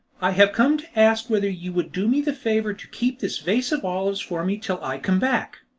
i have come to ask whether you would do me the favour to keep this vase of olives for me till i come back?